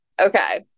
Okay